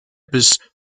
bis